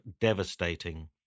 devastating